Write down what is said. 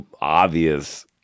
obvious